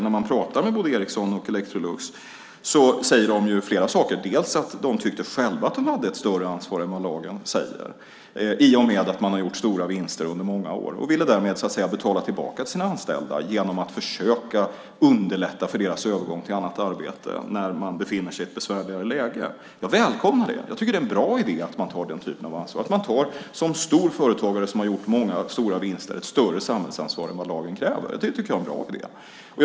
När man pratar med företrädare för både Ericsson och Electrolux säger de flera saker, bland annat att de själva tyckte att de hade ett större ansvar än vad lagen säger i och med att de har gjort stora vinster under många år. De ville därmed betala tillbaka till sina anställda genom att försöka underlätta för deras övergång till annat arbete när man befinner sig i ett besvärligare läge. Jag välkomnar det. Jag tycker att det är en bra idé att man tar den typen av ansvar. Jag tycker att det är bra att man som stor företagare som har gjort många stora vinster tar ett större samhällsansvar än vad lagen kräver. Det tycker jag är en bra idé.